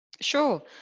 Sure